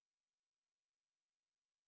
cause she's still doing something